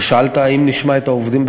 ושאלת: האם נשמע את העובדים?